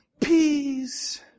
peace